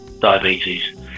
diabetes